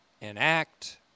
enact